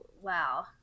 wow